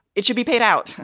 it should be paid out.